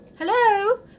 Hello